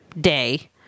day